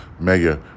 Mayor